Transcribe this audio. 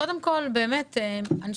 קודם כול, לי